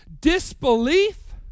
Disbelief